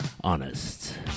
honest